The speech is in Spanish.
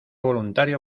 voluntario